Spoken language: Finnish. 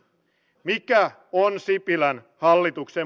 paljonko on tullut